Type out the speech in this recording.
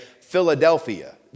Philadelphia